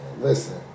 Listen